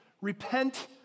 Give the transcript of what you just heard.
Repent